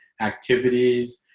activities